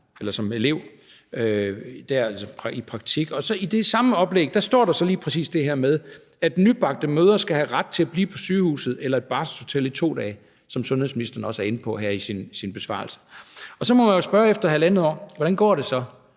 der, altså i praktik. I det samme oplæg står der så lige præcis det her med, at nybagte mødre skal have ret til at blive på sygehuset eller et barselshotel i 2 dage, som sundhedsministeren også er inde på her i sin besvarelse, og så må man jo spørge efter halvandet år: Hvordan går det så?